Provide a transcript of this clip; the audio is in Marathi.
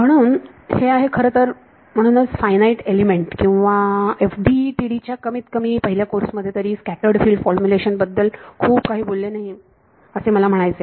म्हणून हे आहे खरंतर म्हणूनच फायनाईट एलिमेंट किंवा FDTD च्या कमीत कमी पहिल्या कोर्स मध्ये तरी स्कॅटर्ड फिल्ड फॉर्मुलेशन बद्दल खूप काही बोलले जात नाही असे मला म्हणायचे आहे